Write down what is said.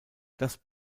das